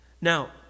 Now